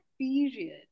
period